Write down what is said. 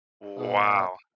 Wow